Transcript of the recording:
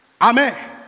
Amen